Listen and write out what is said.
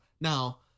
Now